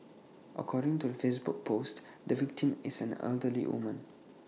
according to the Facebook post the victim is an elderly woman